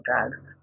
drugs